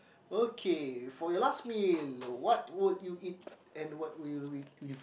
okay for your last meal what would you eat and what will you eat with